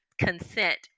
consent